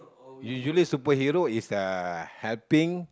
usually superhero is uh helping